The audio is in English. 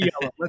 yellow